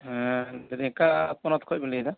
ᱦᱮᱸ ᱞᱟᱹᱭᱮᱫᱟᱞᱤᱧ ᱚᱠᱟ ᱯᱚᱱᱚᱛ ᱠᱷᱚᱱ ᱵᱤᱱ ᱞᱟᱹᱭᱮᱫᱟ